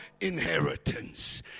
inheritance